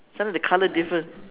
start with the colour different